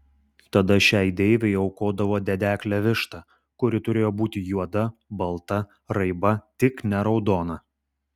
tada šiai deivei aukodavo dedeklę vištą kuri turėjo būti juoda balta raiba tik ne raudona